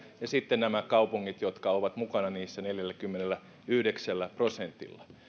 ja sitten nämä kaupungit jotka ovat mukana niissä neljälläkymmenelläyhdeksällä prosentilla